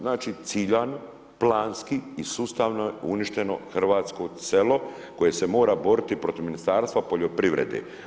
Znači ciljano, planski i sustavno je uništeno hrvatsko selo koje se mora boriti protiv Ministarstva poljoprivrede.